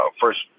First